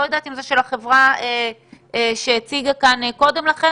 לא יודעת אם זה של החברה שהציגה כאן קודם לכן,